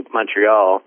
Montreal